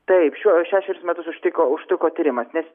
taip šiuo šešerius metus užtiko užtruko tyrimasis nes